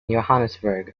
johannesburg